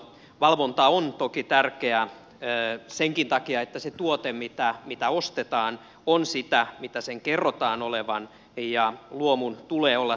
valvonta on toki tärkeää senkin takia että se tuote mitä ostetaan on sitä mitä sen kerrotaan olevan ja luomun tulee olla siis luomua